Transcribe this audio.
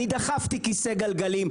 אני דחפתי כיסא גלגלים,